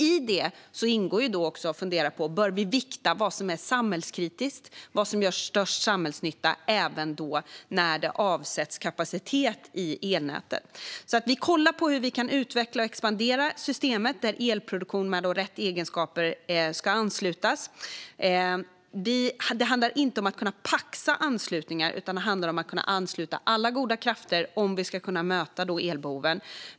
I detta ingår också att fundera på om vi bör vikta vad som är samhällskritiskt och vad som gör störst samhällsnytta även när det avsätts kapacitet i elnätet. Vi kollar alltså på hur vi kan utveckla och expandera systemet, där elproduktion med rätt egenskaper ska anslutas. Det handlar inte om att kunna paxa anslutningar, utan det handlar om att kunna ansluta alla goda krafter om vi ska kunna möta elbehoven.